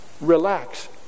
Relax